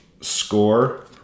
score